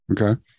Okay